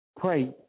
pray